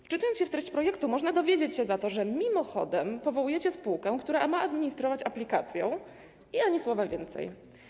Wczytując się w treść projektu, można dowiedzieć się za to, że mimochodem powołujecie spółkę, która ma administrować aplikacją, i ani słowa więcej.